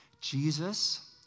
Jesus